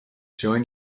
join